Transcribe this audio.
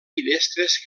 finestres